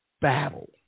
battle